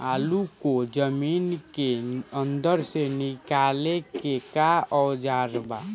आलू को जमीन के अंदर से निकाले के का औजार बा?